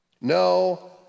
no